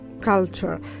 culture